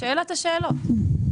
שאלת השאלות.